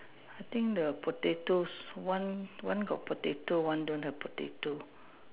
I think the potatoes one one got potato one don't have potato